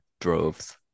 droves